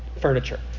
furniture